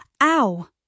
Ow